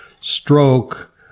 stroke